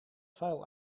vuil